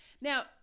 Now